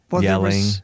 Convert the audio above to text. yelling